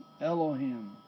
Elohim